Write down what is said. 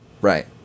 Right